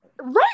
right